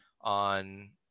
on